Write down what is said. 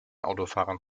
autofahrern